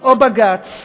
או בג"ץ.